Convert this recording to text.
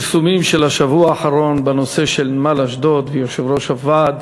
שהפרסומים של השבוע האחרון בנושא של נמל אשדוד ויושב-ראש הוועד